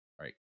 right